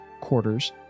quarters